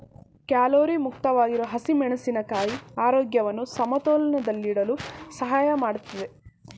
calorie ಮುಕ್ತವಾಗಿರೋ ಹಸಿಮೆಣಸಿನ ಕಾಯಿ ಆರೋಗ್ಯವನ್ನು ಸಮತೋಲನದಲ್ಲಿಡಲು ಸಹಾಯ ಮಾಡ್ತದೆ